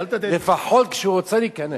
לא, אל תטעה, לפחות כשהוא רוצה להיכנס,